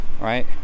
right